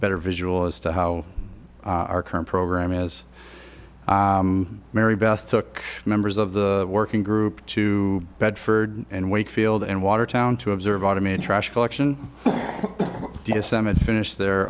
better visual as to how our current program is marybeth took members of the working group to bedford and wakefield in watertown to observe automated trash collection disseminate finished their